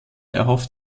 erhofft